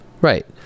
right